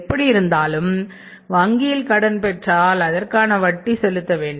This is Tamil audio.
எப்படி இருந்தாலும் வங்கியில் கடன் பெற்றால் அதற்கான வட்டியை செலுத்த வேண்டும்